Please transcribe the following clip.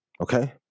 Okay